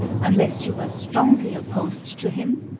unless you were strongly opposed to him?